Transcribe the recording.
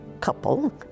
couple